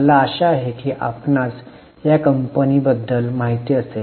मला आशा आहे की आपणास या कंपनीबद्दल माहिती असेल